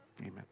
amen